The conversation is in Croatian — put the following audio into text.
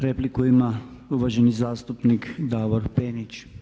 Repliku ima uvaženi zastupnik Davor Penić.